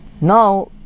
now